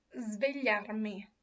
svegliarmi